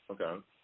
Okay